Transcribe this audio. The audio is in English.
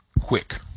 Quick